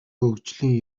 хөгжлийн